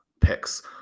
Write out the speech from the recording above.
picks